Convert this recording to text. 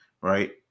Right